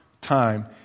time